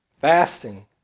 Fasting